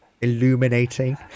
Illuminating